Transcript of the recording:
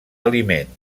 aliment